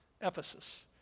Ephesus